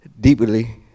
deeply